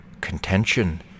Contention